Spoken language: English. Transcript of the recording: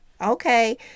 Okay